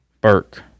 burke